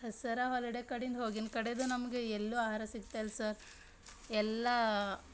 Dasara holiday ಕಡಿಂದು ಹೋಗಿದ್ ಕಡೆದು ನಮಗೆ ಎಲ್ಲೂ ಆಹಾರ ಸಿಗ್ತಾ ಇಲ್ಲ ಸರ್ ಎಲ್ಲ